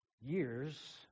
years